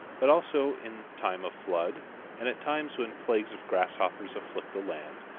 but also in time of flood and at times when plagues of grasshoppers afflict the land,